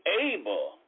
able